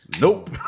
Nope